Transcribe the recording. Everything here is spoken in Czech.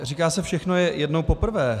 Říká se, všechno je jednou poprvé.